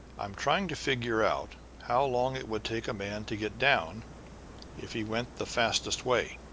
i'm trying to figure out how long it would take a man to get down if he went the fastest way